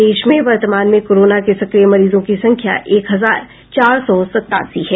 प्रदेश में वर्तमान में कोरोना के सक्रिय मरीजों की संख्या एक हजार चार सौ सतासी है